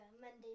Monday